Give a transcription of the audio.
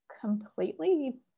completely